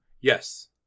Yes